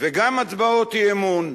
וגם הצבעות אי-אמון.